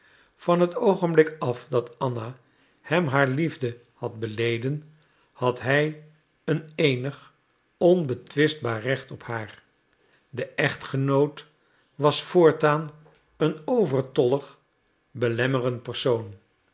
van het oogenblik af dat anna hem haar liefde had beleden had hij een eenig onbetwistbaar recht op haar de echtgenoot was voortaan een overtollig belemmerend persoon